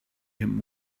him